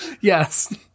Yes